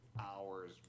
hours